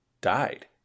died